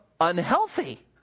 unhealthy